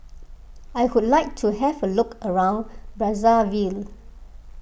I would like to have a look around Brazzaville